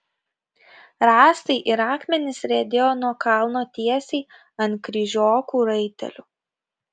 rąstai ir akmenys riedėjo nuo kalno tiesiai ant kryžiokų raitelių